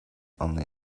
only